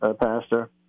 Pastor